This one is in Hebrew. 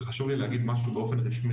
וחשוב לי להגיד משהו באופן רשמי,